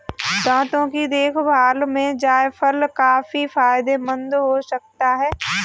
दांतों की देखभाल में जायफल काफी फायदेमंद हो सकता है